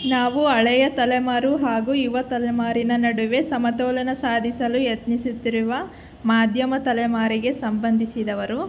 ನಾವು ಹಳೆಯ ತಲೆಮಾರು ಹಾಗೂ ಯುವ ತಲೆಮಾರಿನ ನಡುವೆ ಸಮತೋಲನ ಸಾಧಿಸಲು ಯತ್ನಿಸುತ್ತಿರುವ ಮಧ್ಯಮ ತಲೆಮಾರಿಗೆ ಸಂಬಂಧಿಸಿದವರು